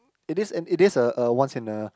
it is and it is a a once in a